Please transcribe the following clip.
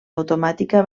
automàtica